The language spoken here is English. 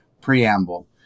preamble